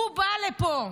הוא בא לפה.